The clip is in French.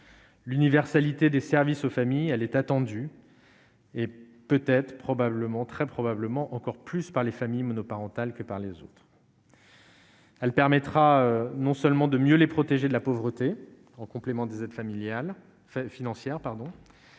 L'universalité des services aux familles, elle est attendue. Et peut-être, probablement, très probablement encore plus par les familles monoparentales que par les autres. Elle permettra non seulement de mieux les protéger de la pauvreté en complément des aides familiales